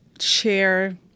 share